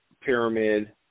pyramid